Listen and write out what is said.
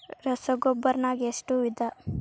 ರಸಗೊಬ್ಬರ ನಾಗ್ ಎಷ್ಟು ವಿಧ?